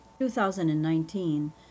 2019